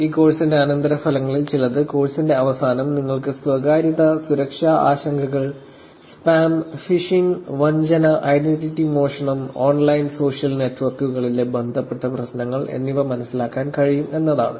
ഈ കോഴ്സിന്റെ അനന്തരഫലങ്ങളിൽ ചിലത് കോഴ്സിന്റെ അവസാനം നിങ്ങൾക്ക് സ്വകാര്യത സുരക്ഷാ ആശങ്കകൾ സ്പാം ഫിഷിംഗ് വഞ്ചന ഐഡന്റിറ്റി മോഷണം ഓൺലൈൻ സോഷ്യൽ നെറ്റ്വർക്കുകളിലെ ബന്ധപ്പെട്ട പ്രശ്നങ്ങൾ എന്നിവ മനസ്സിലാക്കാൻ കഴിയും എന്നതാണ്